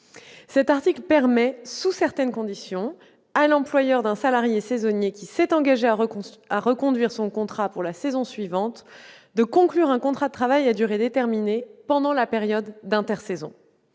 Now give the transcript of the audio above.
Cet article permet, sous certaines conditions, à l'employeur d'un salarié saisonnier qui s'est engagé à reconduire son contrat pour la saison suivante, de conclure un contrat de travail à durée déterminée pendant la période d'intersaison.